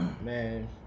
Man